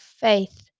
faith